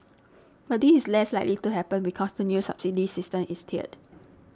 but this is less likely to happen because the new subsidy system is tiered